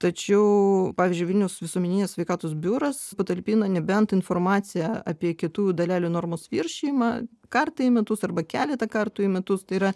tačiau pavyzdžiui vilniaus visuomeninės sveikatos biuras patalpina nebent informaciją apie kietųjų dalelių normos viršijimą kartą į metus arba keletą kartų į metus tai yra